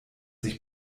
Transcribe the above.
sich